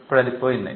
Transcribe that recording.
ఇప్పుడు అది పోయింది